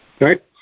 right